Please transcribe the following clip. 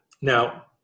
Now